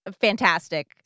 fantastic